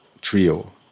trio